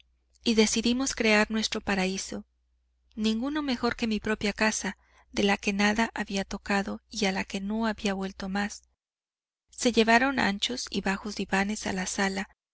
y decidimos crear nuestro paraíso ninguno mejor que mi propia casa de la que nada había tocado y a la que no había vuelto más se llevaron anchos y bajos divanes a la sala